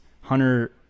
hunter